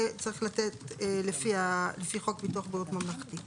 צריך לתת לפי חוק ביטוח בריאות ממלכתי.